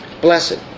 Blessed